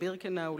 לבירקנאו,